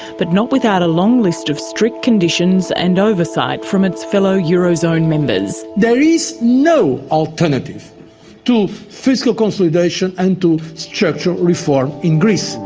but not without a long list of strict conditions and oversight from its fellow eurozone members. there is no alternative to fiscal consolidation and to structural reform in greece.